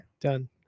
Done